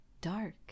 dark